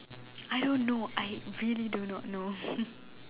I don't know I really do not know